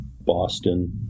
Boston